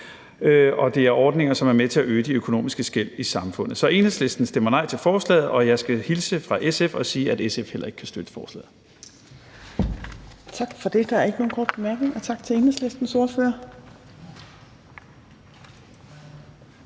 og det er ordninger, som er med til at øge de økonomiske skel i samfundet. Så Enhedslisten stemmer nej til forslaget, og jeg skal hilse fra SF og sige, at SF heller ikke kan støtte forslaget. Kl. 19:09 Fjerde næstformand (Trine Torp): Tak for det. Der er ikke nogen korte bemærkninger. Tak til Enhedslistens ordfører.